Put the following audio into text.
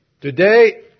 Today